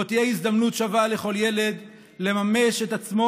ובו תהיה הזדמנות שווה לכל ילד לממש את עצמו